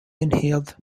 inhaled